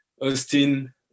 Austin